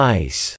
ice